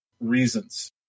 reasons